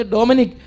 Dominic